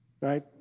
right